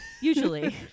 Usually